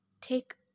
Take